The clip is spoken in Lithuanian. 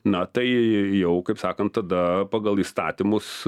na tai jau kaip sakant tada pagal įstatymus